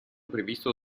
previsto